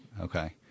Okay